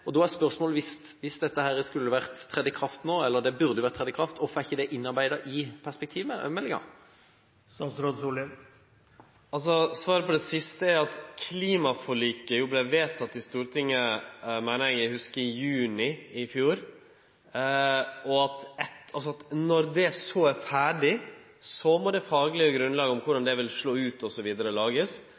klimaforliket. Da er spørsmålet: Hvis dette skulle tre i kraft nå – det burde ha trådt i kraft nå – hvorfor er det ikke innarbeidet i perspektivmeldingen? Svaret på det siste spørsmålet er at klimaforliket vart vedteke i Stortinget – eg meiner å hugse det var i juni i fjor. Når det så var ferdig, måtte ein lage det faglege grunnlaget for korleis det ville slå ut